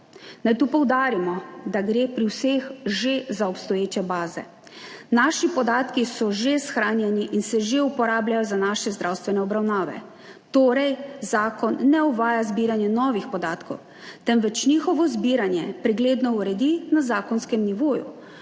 Naj tu poudarimo, da gre pri vseh že za obstoječe baze, naši podatki so že shranjeni in se že uporabljajo za naše zdravstvene obravnave, torej zakon ne uvaja zbiranje novih podatkov, temveč njihovo zbiranje pregledno uredi na zakonskem nivoju,